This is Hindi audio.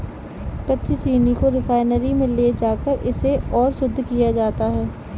कच्ची चीनी को रिफाइनरी में ले जाकर इसे और शुद्ध किया जाता है